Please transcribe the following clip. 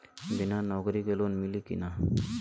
बिना नौकरी के लोन मिली कि ना?